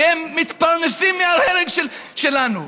כי הן מתפרנסות מההרג שלנו.